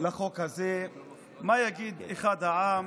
רואה בן אדם